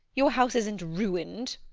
your house isn't ruined.